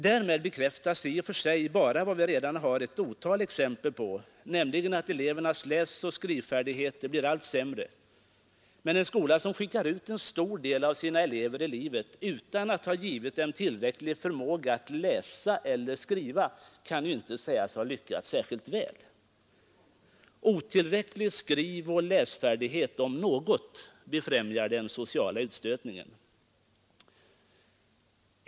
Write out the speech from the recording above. Därmed bekräftas i och för sig bara vad vi redan har ett otal exempel på, nämligen att elevernas läsoch skrivfärdigheter blir allt sämre. Men en skola som skickar ut en stor del av sina elever i livet utan att ha givit dem tillräcklig förmåga att läsa eller skriva kan ju inte sägas ha lyckats särskilt väl. Otillräcklig läsoch skrivfärdighet om något befrämjar den sociala utstötningen.